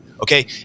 okay